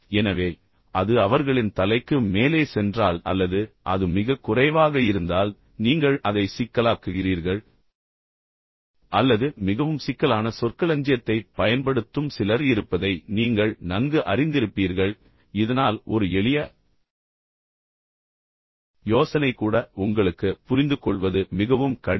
எனவே அது அவர்களின் தலைக்கு மேலே சென்றால் அல்லது அது மிகக் குறைவாக இருந்தால் நீங்கள் அதை சிக்கலாக்குகிறீர்கள் அல்லது மிகவும் சிக்கலான சொற்களஞ்சியத்தைப் பயன்படுத்தும் சிலர் இருப்பதை நீங்கள் நன்கு அறிந்திருப்பீர்கள் இதனால் ஒரு எளிய யோசனை கூட உங்களுக்கு புரிந்துகொள்வது மிகவும் கடினம்